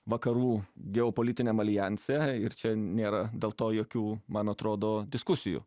vakarų geopolitiniam aljanse ir čia nėra dėl to jokių man atrodo diskusijų